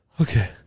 okay